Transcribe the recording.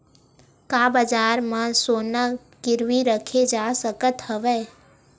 का बजार म सोना गिरवी रखे जा सकत हवय?